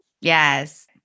Yes